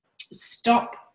stop